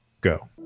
go